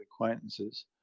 acquaintances